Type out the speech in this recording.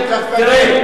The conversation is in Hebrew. אני, כשאומרים